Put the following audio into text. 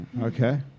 Okay